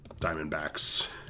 Diamondbacks